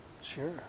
sure